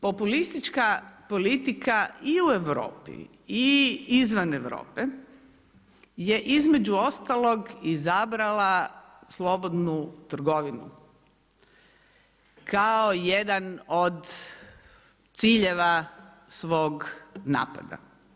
Populistička politika i u Europi i izvan Europe je između ostalog izabrala slobodnu trgovinu kao jedan od ciljeva svog napada.